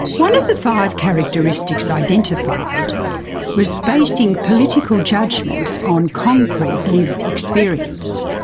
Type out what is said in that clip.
one of the five characteristics identified was basing political judgments on concrete, lived experience.